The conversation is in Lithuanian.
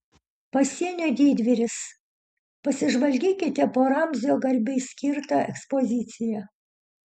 pasienio didvyris pasižvalgykite po ramzio garbei skirtą ekspoziciją